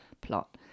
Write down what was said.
plot